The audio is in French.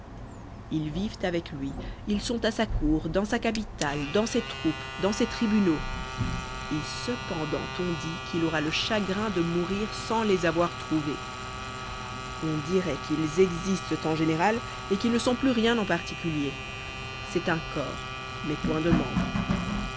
ils vivent avec lui ils sont à sa cour dans sa capitale dans ses troupes dans ses tribunaux et cependant on dit qu'il aura le chagrin de mourir sans les avoir trouvés on diroit qu'ils existent en général et qu'ils ne sont plus rien en particulier c'est un corps mais point de membres